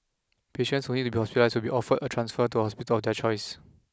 patients who need to be hospitalised will be offered a transfer to a hospital of their choice